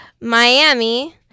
Miami